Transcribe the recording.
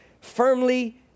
firmly